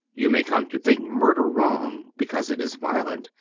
you may come to think murder wrong because it is violent,